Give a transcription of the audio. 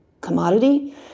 commodity